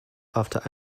after